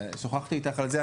שוחחתי איתך על זה,